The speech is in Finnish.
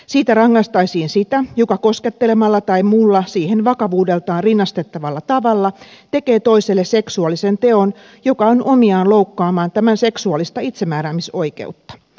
siitä rangaistaisiin sitä joka koskettelemalla tai muulla siihen vakavuudeltaan rinnastettavalla tavalla tekee toiselle seksuaalisen teon joka on omiaan loukkaamaan tämän seksuaalista itsemääräämisoikeutta